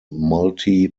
multi